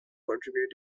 contributed